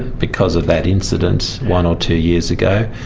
because of that incident one or two years ago.